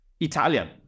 Italian